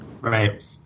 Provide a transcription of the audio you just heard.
Right